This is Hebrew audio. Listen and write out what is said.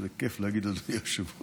איזה כיף להגיד "אדוני היושב-ראש".